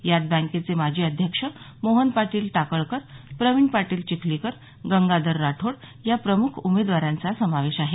यात बँकेचे माजी अध्यक्ष मोहन पाटील टाकळकर प्रविण पाटील चिखलीकर गंगाधर राठोड या प्रमुख उमेदवारांचा समावेश आहे